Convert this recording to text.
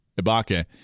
Ibaka